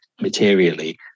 materially